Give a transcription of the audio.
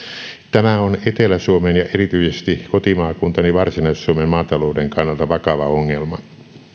tämä on etelä suomen ja erityisesti kotimaakuntani varsinais suomen maatalouden kannalta vakava ongelma